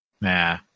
Nah